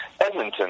Edmonton